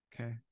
Okay